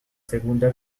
segunda